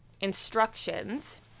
instructions